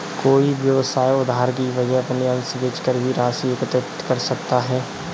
कोई व्यवसाय उधार की वजह अपने अंश बेचकर भी राशि एकत्रित कर सकता है